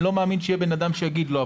אני לא מאמין שיהיה בן אדם שיגיד לא.